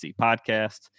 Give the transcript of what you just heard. podcast